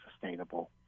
sustainable